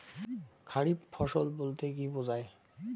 খারিফ ফসল বলতে কী বোঝায়?